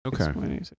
Okay